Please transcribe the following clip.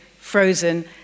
frozen